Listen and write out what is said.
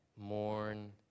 Mourn